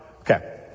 Okay